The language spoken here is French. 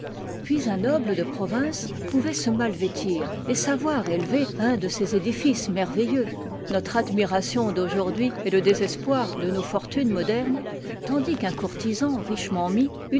puis un noble de province pouvait se mal vêtir et savoir élever un de ces édifices merveilleux notre admiration d'aujourd'hui et le désespoir de nos fortunes modernes tandis qu'un courtisan richement mis